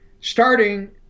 starting